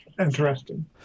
Interesting